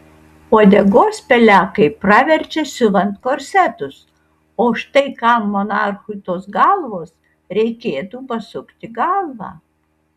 uodegos pelekai praverčia siuvant korsetus o štai kam monarchui tos galvos reikėtų pasukti galvą